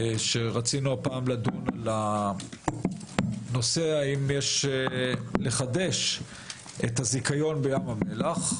רצינו לדון בשאלה האם יש לחדש את הזיכיון בים המלח.